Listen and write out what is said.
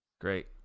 Great